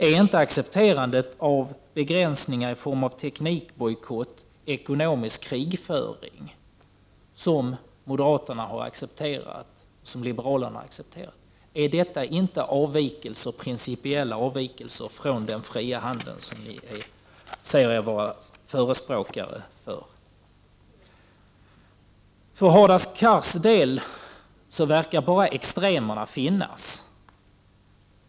Är inte accepterandet av begränsningar i form av en teknikbojkott en ekonomisk krigföring som moderaterna och liberalerna har accepterat? Är inte detta principiella avvikelser från den fria handeln, som ni säger er vara förespråkare av? För Hadar Cars verkar bara extremerna finnas.